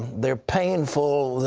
theyre painful.